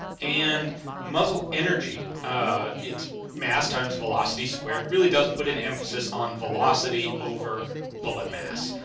and muzzle energy it's mass times velocity squared, really does put an emphasis on velocity over bullet mass,